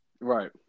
Right